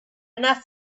enough